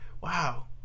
wow